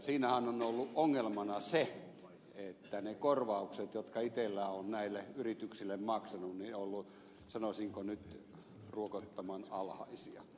siinähän on ollut ongelmana se että ne korvaukset jotka itella on näille yrityksille maksanut ovat olleet sanoisinko nyt ruokottoman alhaisia